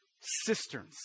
cisterns